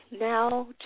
now